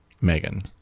Megan